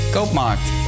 Koopmarkt